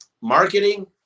marketing